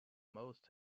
most